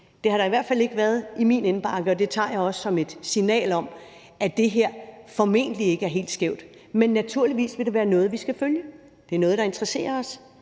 har det i hvert fald ikke været med min indbakke. Det tager jeg også som et signal om, at det her formentlig ikke er helt skævt. Men det vil naturligvis være noget, vi skal følge. Det er noget, der interesserer os.